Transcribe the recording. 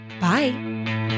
Bye